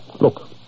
Look